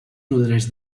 nodreix